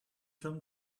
come